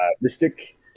mystic